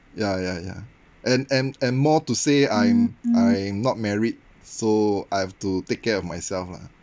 yeah yeah yeah and and and more to say I'm I'm not married so I have to take care of myself lah